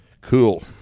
Cool